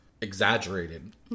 exaggerated